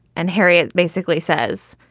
and harriet basically says,